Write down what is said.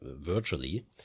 virtually